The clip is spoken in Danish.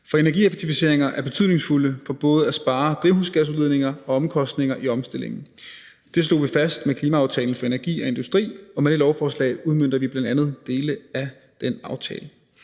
For energieffektiviseringer er betydningsfulde for både at spare drivhusgasudledninger og omkostninger i omstillingen. Det slog vi fast med klimaaftalen for energi og industri, og med det her lovforslag udmønter vi bl.a. dele af den aftale.